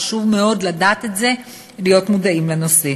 חשוב מאוד לדעת את זה, להיות מודעים לנושא.